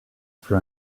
for